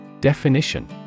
Definition